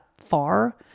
far